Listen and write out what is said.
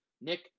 Nick